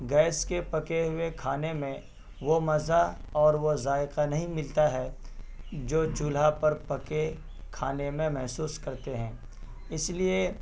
gas کے پکے ہوئے کھانے میں وہ مزہ اور وہ ذائقہ نہیں ملتا ہے جو چولہا پر پکے کھانے میں محسوس کرتے ہیں اس لیے